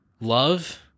love